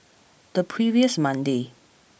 the previous Monday